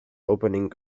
opening